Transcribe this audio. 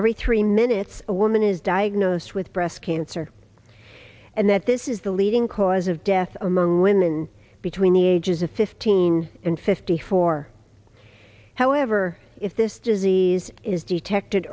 every three minutes a woman is diagnosed with breast cancer and that this is the leading cause of death among women between the ages of fifteen and fifty four however if this disease is detected